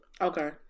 okay